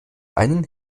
einen